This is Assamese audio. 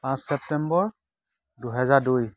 পাঁচ ছেপ্টেম্বৰ দুহেজাৰ দুই